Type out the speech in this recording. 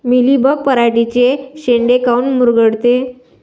Mealybug पराटीचे चे शेंडे काऊन मुरगळते?